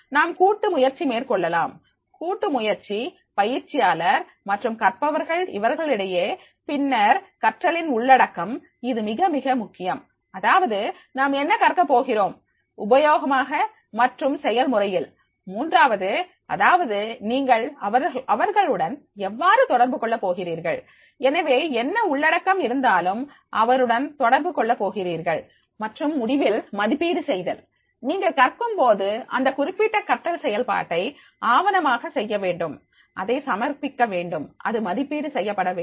நாம் கூட்டு முயற்சி மேற்கொள்ளலாம் கூட்டு முயற்சி பயிற்சியாளர் மற்றும் கற்பவர்கள் இவர்களிடையே பின்னர் கற்றலின் உள்ளடக்கம் இது மிக மிக முக்கியம்அதாவது நாம் என்ன கற்க போகிறோம் உபயோகமாக மற்றும் செயல்முறையில் மூன்றாவது அதாவது நீங்கள் அவர்களுடன் எவ்வாறு தொடர்பு கொள்ள போகிறீர்கள் எனவே என்ன உள்ளடக்கம் இருந்தாலும் அவருடன் தொடர்பு கொள்ள போகிறீர்கள் மற்றும் முடிவில் மதிப்பீடு செய்தல் நீங்கள் கற்கும் போது இந்த குறிப்பிட்ட கற்றல் செயல்பாட்டை ஆவணமாக செய்யவேண்டும் அதை சமர்ப்பிக்க வேண்டும் அது மதிப்பீடு செய்யப்பட வேண்டும்